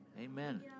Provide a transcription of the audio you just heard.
amen